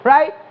Right